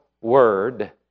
word